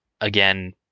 again